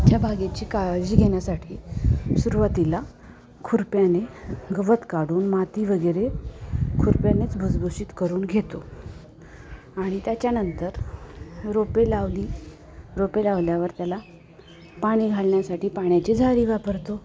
ह्या बागेची काळजी घेण्यासाठी सुरवातीला खुरप्याने गवत काढून माती वगैरे खुरप्यानेच भुसभुशीत करून घेतो आणि त्याच्यानंतर रोपे लावली रोपे लावल्यावर त्याला पाणी घालण्यासाठी पाण्याची झारी वापरतो